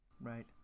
Right